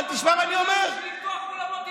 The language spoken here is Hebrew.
בשביל לפתוח אולמות,